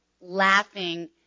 laughing